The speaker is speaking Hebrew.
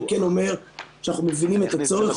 אני כן אומר שאנחנו מבינים את הצורך,